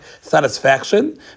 satisfaction